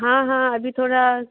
हाँ हाँ अभी थोड़ा